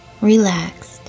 relaxed